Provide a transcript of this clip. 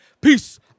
Peace